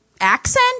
accent